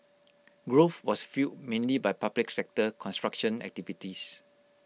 growth was fuelled mainly by public sector construction activities